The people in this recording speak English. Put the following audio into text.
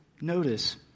notice